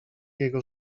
jego